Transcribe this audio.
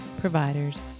providers